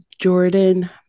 Jordan